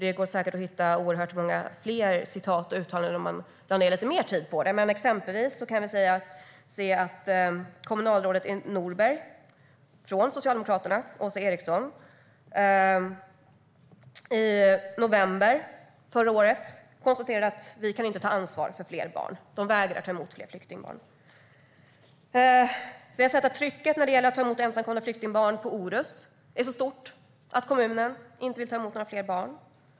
Det går säkert att hitta oerhört många fler citat och uttalanden om man lägger ned lite mer tid på det. Men vi kan exempelvis se vad kommunalrådet i Norberg, Åsa Eriksson från Socialdemokraterna, konstaterade i november förra året: Vi kan inte ta ansvar för fler barn. De vägrar att ta emot fler flyktingbarn. Vi har sett att trycket när det gäller att ta emot ensamkommande flyktingbarn på Orust är så stort att kommunen inte vill ta emot fler barn.